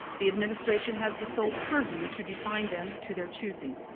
the administration has the sole purview to define them to their choosing.